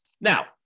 Now